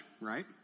right